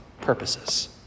purposes